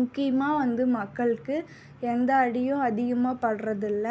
முக்கியமாக வந்து மக்களுக்கு எந்த அடியும் அதிகமாக படுறதில்ல